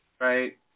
Right